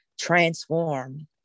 transform